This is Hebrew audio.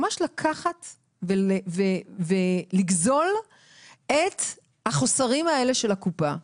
ממש לקחת ולגזול את החוסרים האלה של הקופה.